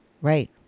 Right